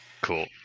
Cool